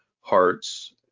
hearts